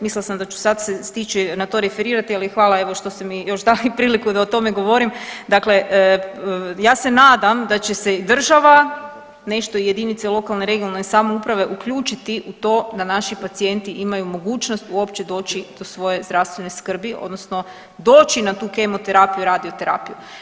Mislila sam da ću sad se stići na to referirati, ali hvala evo što ste mi još dali priliku da o tome govorim, dakle ja se nadam da će se i država, nešto i jedinice lokalne i regionalne samouprave uključiti u to da naši pacijenti imaju mogućnost uopće doći do svoje zdravstvene skrbi odnosno doći na tu kemoterapiju i radioterapiju.